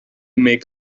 make